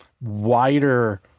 wider